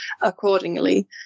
accordingly